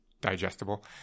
digestible